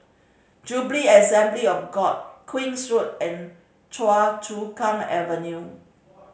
Jubilee Assembly of God Queen's Road and Choa Chu Kang Avenue